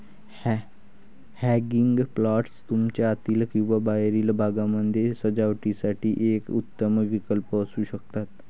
hanging planters तुमच्या आतील किंवा बाहेरील भागामध्ये सजावटीसाठी एक उत्तम विकल्प असू शकतात